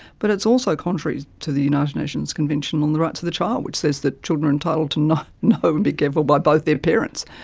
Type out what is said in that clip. but it's also contrary to the united nations convention on the rights of the child which says that children are entitled to know and be cared for by both their parents.